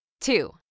Two